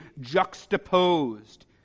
juxtaposed